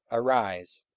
arise.